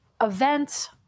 event